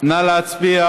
נא להצביע